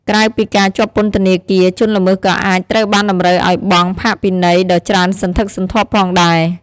ក្រៅពីការជាប់ពន្ធនាគារ ជនល្មើសក៏អាចត្រូវបានតម្រូវឲ្យបង់ ផាកពិន័យ ដ៏ច្រើនសន្ធឹកសន្ធាប់ផងដែរ។